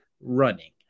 running